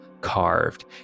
carved